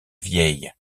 vieille